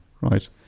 right